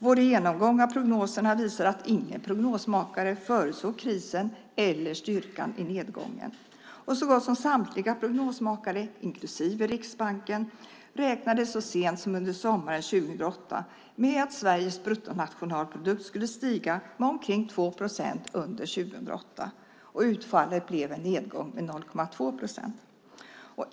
Vår genomgång av prognoserna visar att ingen prognosmakare förutsåg krisen eller styrkan i nedgången. Så gott som samtliga prognosmakare, inklusive Riksbanken, räknade så sent som under sommaren 2008 med att Sveriges bruttonationalprodukt skulle stiga med omkring 2 procent under 2008. Utfallet blev en nedgång med 0,2 procent.